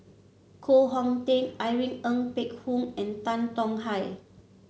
Koh Hong Teng Irene Ng Phek Hoong and Tan Tong Hye